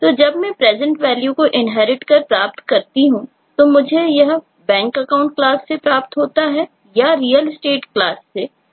तो जब मैं PresentValue को इन्हेरीट कर प्राप्त करता हूं तो मुझे यह BankAccount क्लास से प्राप्त होता है या RealEstate क्लास से